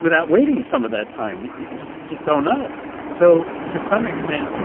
without waiting some of that time. you just you just don't know so to some extent,